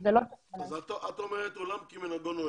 את אומרת עולם כמנהגו נוהג.